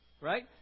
Right